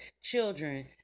children